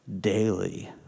daily